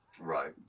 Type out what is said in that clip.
Right